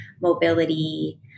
mobility